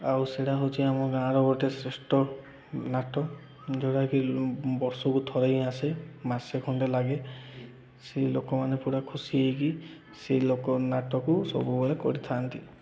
ଆଉ ସେଇଟା ହେଉଛି ଆମ ଗାଁର ଗୋଟେ ଶ୍ରେଷ୍ଠ ନାଟ ଯେଉଁଟାକି ବର୍ଷକୁ ଥରେ ହିଁ ଆସେ ମାସେ ଖଣ୍ଡେ ଲାଗେ ସେ ଲୋକମାନେ ପୁରା ଖୁସି ହେଇକି ସେଇ ଲୋକ ନାଟକୁ ସବୁବେଳେ କରିଥାନ୍ତି